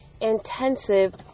intensive